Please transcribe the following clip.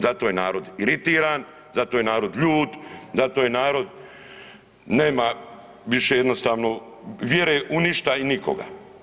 Zato je narod iritiran, zato je narod ljut, zato je narod nema više jednostavno vjere u ništa i nikoga.